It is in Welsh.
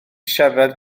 siarad